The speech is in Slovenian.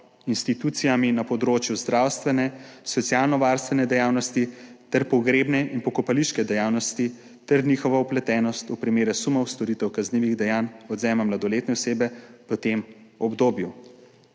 institucijami na področju zdravstvene, socialnovarstvene dejavnosti ter pogrebne in pokopališke dejavnosti ter njihovo vpletenost v primere sumov storitev kaznivih dejanj odvzema mladoletne osebe v tem obdobju.